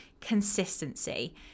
Consistency